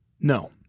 No